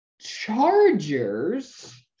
Chargers